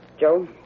Joe